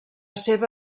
seva